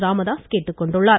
ராமதாஸ் கேட்டுக்கொண்டுள்ளார்